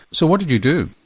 so what did you do?